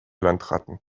landratten